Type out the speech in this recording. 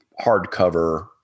hardcover